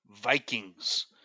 Vikings